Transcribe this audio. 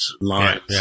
lines